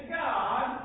god